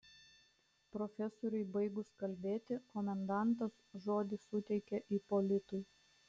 profesoriui baigus kalbėti komendantas žodį suteikė ipolitui